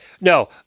No